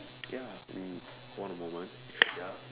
ya we one moment ya